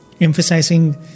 emphasizing